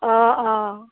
অ অ